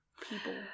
people